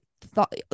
thought